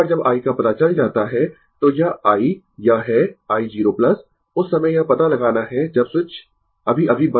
एक बार जब i का पता चल जाता है तो यह i यह है i 0 उस समय यह पता लगाना है जब स्विच अभी अभी बंद हुआ है i 0